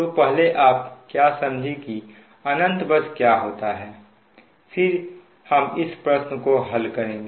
तो पहले आप क्या समझे कि अनंत बस क्या होता है फिर हम इस प्रश्न को हल करेंगे